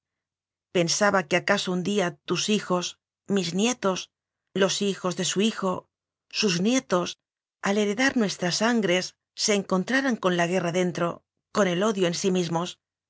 pensaba que acaso un día tus hijos mis nietos los hijos de su hijo sus nietos al he red ar nuestras sangres se encontraran con la guerra dentro con el odio en si mismos